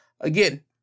again